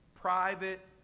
private